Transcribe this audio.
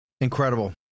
Incredible